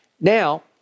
now